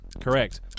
Correct